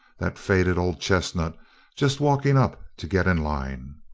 that faded old chestnut just walking up to get in line?